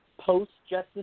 post-Justice